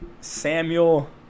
Samuel